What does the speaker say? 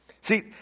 See